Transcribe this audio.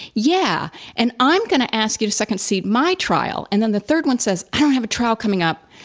yeah. and i'm going to ask you to second seat my trial. and then the third one says, i don't have a trial coming up.